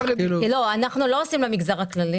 אנחנו לא עושים למגזר הכללי